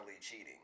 cheating